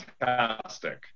Fantastic